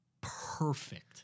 Perfect